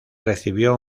recibió